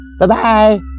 Bye-bye